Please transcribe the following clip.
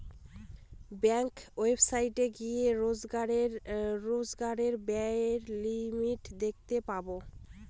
ব্যাঙ্কের ওয়েবসাইটে গিয়ে রোজকার ব্যায়ের লিমিট দেখতে পাবো